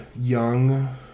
young